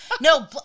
No